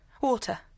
Water